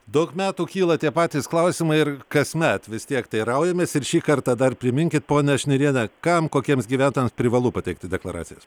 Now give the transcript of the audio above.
daug metų kyla tie patys klausimai ir kasmet vis tiek teiraujamės ir šį kartą dar priminkit ponia šniriene kam kokiems gyventojams privalu pateikti deklaracijas